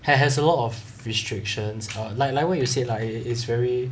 has has a lot of restrictions err like like what you said lah it is very